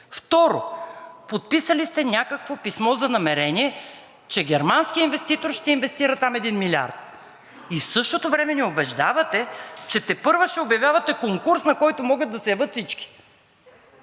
Второ, подписали сте някакво писмо за намерение, че германският инвеститор ще инвестира там 1 милиард?! В същото време ни убеждавате, че тепърва ще обявявате конкурс, на който могат да се явят всички.